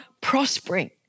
prospering